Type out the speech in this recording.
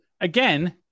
again